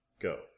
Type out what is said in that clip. go